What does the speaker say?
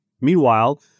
Meanwhile